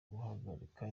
guhagarika